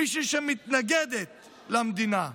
מישהי שמתנגדת למדינה.